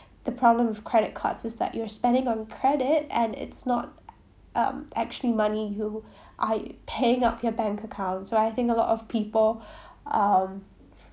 the problem with credit cards is that you're spending on credit and it's not um actually money you I paying out of your bank account so I think a lot of people um